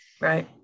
right